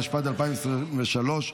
התשפ"ג 2023,